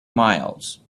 miles